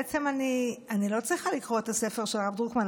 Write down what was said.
בעצם אני לא צריכה לקרוא את הספר של הרב דרוקמן,